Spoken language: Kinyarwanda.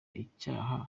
icyaha